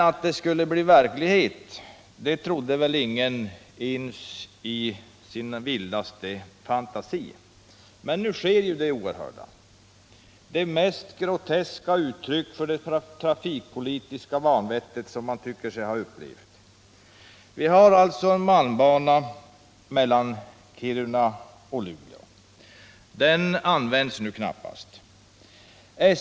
Att det skulle kunna bli verklighet trodde väl ingen ens i sin vildaste fantasi. Men nu sker det oerhörda — det mest groteska uttryck för det trafikpolitiska vanvett som man tycker sig ha upplevt. Vi har en malmbana mellan Kiruna och Luleå. Den används nu knappast.